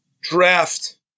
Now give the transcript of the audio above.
draft